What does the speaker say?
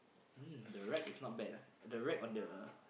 mm the rack is not bad ah the rack on the